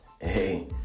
Hey